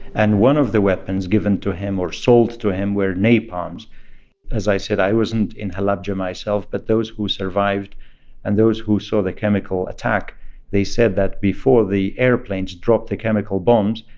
and one of the weapons given to him or sold to him were napalm. as i said, i wasn't in halabja myself, but those who survived and those who saw the chemical attack they said that before the airplanes dropped the chemical bombs,